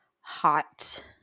hot